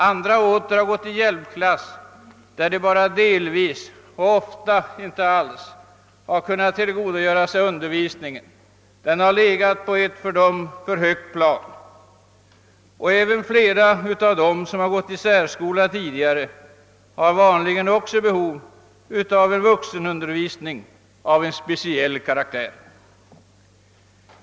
Andra åter har gått i hjälpklass, där de bara delvis och ofta inte alls kunnat tillgodogöra sig undervisningen; den har legat på ett för högt plan för dem. Även flera av dem som tidigare gått i särskola behöver vuxenundervisning av en speciell karaktär:.